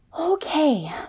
Okay